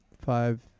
five